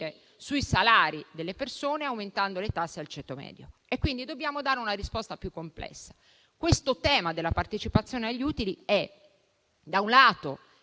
sui salari delle persone aumentando le tasse al ceto medio, quindi dobbiamo dare una risposta più complessa. Il tema della partecipazione agli utili è, da un lato,